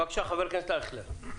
בבקשה, חבר הכנסת אייכלר.